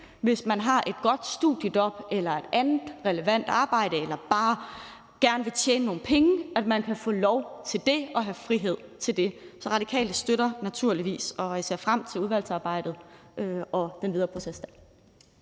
hvis man har et godt studiejob eller et andet relevant arbejde eller bare gerne vil tjene nogle penge, at man kan få lov til det og have frihed til det. Så Radikale støtter naturligvis lovforslaget, og jeg ser frem til udvalgsarbejdet og den videre proces der.